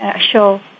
show